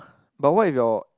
but what if your